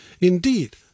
Indeed